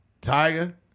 Tiger